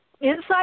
inside